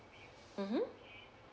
mmhmm